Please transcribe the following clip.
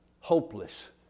Hopeless